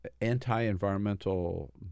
anti-environmental